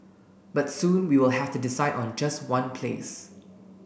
but soon we will have to decide on just one place